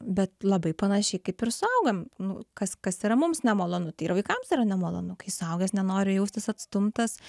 bet labai panašiai kaip ir suaugame nu kas kas yra mums nemalonu tai ir vaikams yra nemalonu kai suaugęs nenori jaustis atstumtas